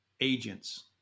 agents